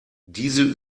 diese